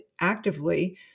actively